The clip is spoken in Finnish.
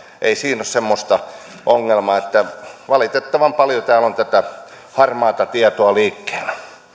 ei siinä ole semmoista ongelmaa valitettavan paljon täällä on tätä harmaata tietoa liikkeellä